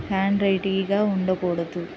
ఉండకూడదు